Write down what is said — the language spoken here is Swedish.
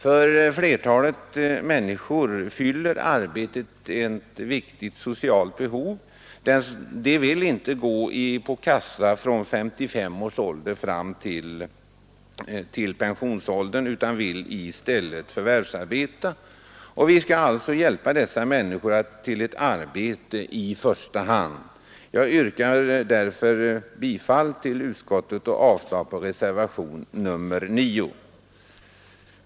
För flertalet människor fyller arbetet ett viktigt socialt behov. De vill inte gå på kassan från 55 års ålder fram till pensionsåldern utan vill i stället förvärvsarbeta. Vi skall alltså i första hand hjälpa dessa människor till arbete. Jag yrkar därför bifall till utskottets hemställan och avslag på reservationen 9.